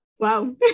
Wow